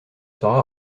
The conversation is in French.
sera